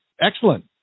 Excellent